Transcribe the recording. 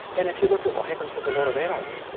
and if you look at what happens with a lot of adults,